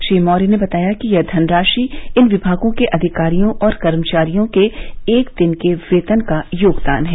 श्री मौर्य ने बताया कि यह धनराशि इन विभागों के अधिकारियों और कर्मचारियों के एक दिन के वेतन का योगदान है